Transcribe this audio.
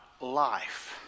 life